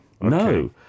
No